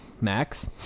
Max